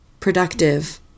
productive